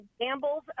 Gamble's